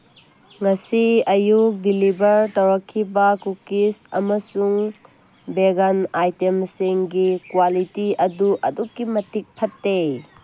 ꯉꯁꯤ ꯑꯌꯨꯛ ꯗꯤꯂꯤꯚꯔ ꯇꯧꯔꯛꯈꯤꯕ ꯀꯨꯀꯤꯁ ꯑꯃꯁꯨꯡ ꯚꯦꯒꯟ ꯑꯥꯏꯇꯦꯝꯁꯤꯡꯒꯤ ꯀ꯭ꯋꯥꯂꯤꯇꯤ ꯑꯗꯨ ꯑꯗꯨꯛꯀꯤ ꯃꯇꯤꯛ ꯐꯠꯇꯦ